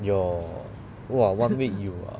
your !wah! one week you err